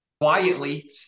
quietly